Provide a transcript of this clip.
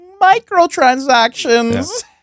microtransactions